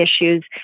issues